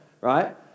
Right